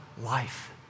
life